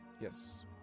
Yes